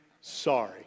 sorry